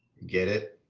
get it?